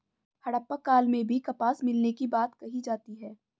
हड़प्पा काल में भी कपास मिलने की बात कही जाती है